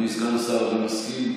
אדוני סגן השר, אני מסכים.